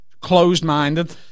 closed-minded